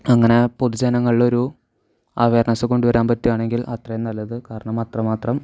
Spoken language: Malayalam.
അങ്ങനെ പൊതുജനങ്ങളിലൊരു അവെയർനെസ്സ് കൊണ്ടുവരാൻ പറ്റുകയാണെങ്കിൽ അത്രയും നല്ലത് കാരണം അത്രമാത്രം